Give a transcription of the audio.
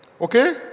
Okay